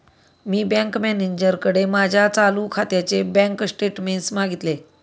मी bank मॅनेजरकडे माझ्या चालू खात्याचे बँक स्टेटमेंट्स मागितले